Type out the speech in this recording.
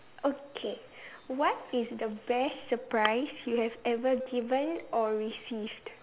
okay what is the best surprise you have ever given or received